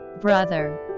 Brother